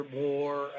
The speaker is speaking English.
more